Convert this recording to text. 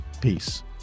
Peace